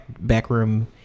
backroom